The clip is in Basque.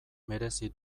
merezi